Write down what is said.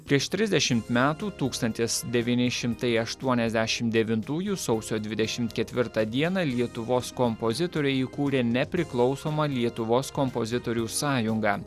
prieš trisdešimt metų tūkstantis devyni šimtai aštuoniasdešim devintųjų sausio dvidešim ketvirtą dieną lietuvos kompozitoriai įkūrė nepriklausomą lietuvos kompozitorių sąjungą